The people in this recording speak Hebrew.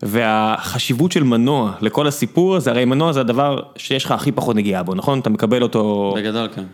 והחשיבות של מנוע לכל הסיפור זה הרי מנוע זה הדבר שיש לך הכי פחות נגיעה בו, נכון? אתה מקבל אותו... בגדול, כן.